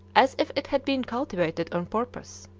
as if it had been cultivated on purpose.